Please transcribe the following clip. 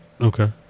Okay